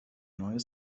neue